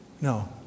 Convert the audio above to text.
No